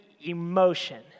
emotion